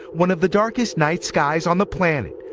one of the darkest night skies on the planet,